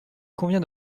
convient